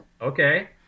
Okay